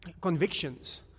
convictions